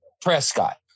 Prescott